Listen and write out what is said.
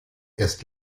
erst